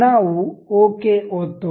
ನಾವು ಓಕೆ ಒತ್ತೋಣ